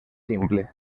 simple